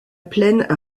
plaine